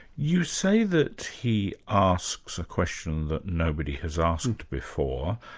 you say that he asks a question that nobody has asked before,